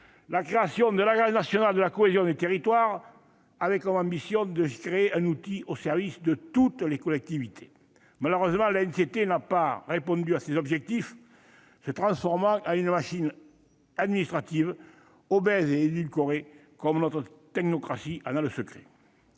la création d'une Agence nationale de la cohésion des territoires, avec comme ambition de créer un outil au service de toutes les collectivités. Malheureusement, l'ANCT n'a pas répondu à ces objectifs, se transformant en une machine administrative obèse et édulcorée comme notre technocratie en a le secret.